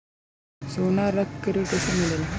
सोना रख के ऋण कैसे मिलेला?